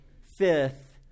fifth